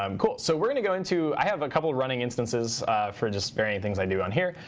um cool. so we're going to go into i have a couple of running instances for just varying things i do on here.